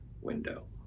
window